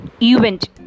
event